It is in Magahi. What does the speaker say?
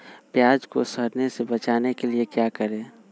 प्याज को सड़ने से बचाने के लिए क्या करें?